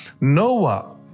Noah